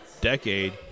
decade